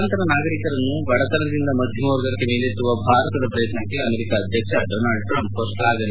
ಲಕ್ವಾಂತರ ನಾಗರಿಕರನ್ನು ಬಡತನದಿಂದ ಮಧ್ಯಮ ವರ್ಗಕ್ಕೆ ಮೇಲೆತ್ತುವ ಭಾರತದ ಪ್ರಯತ್ನಕ್ಕೆ ಅಮೆರಿಕ ಅಧ್ಯಕ್ಷ ಡೊನಾಲ್ಡ ಟ್ರಂಪ್ ಶ್ಲಾಫನೆ